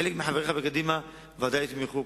חלק מחבריך בקדימה ודאי יתמכו,